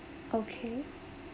okay